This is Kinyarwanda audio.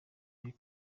miss